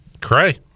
Cray